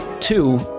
Two